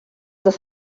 das